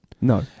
No